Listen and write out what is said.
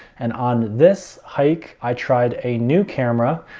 and on this hike, i tried a new camera,